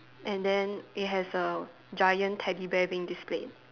and then it has a giant teddy bear being displayed